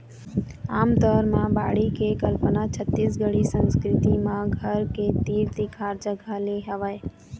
आमतौर म बाड़ी के कल्पना छत्तीसगढ़ी संस्कृति म घर के तीर तिखार जगा ले हवय